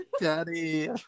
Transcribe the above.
Daddy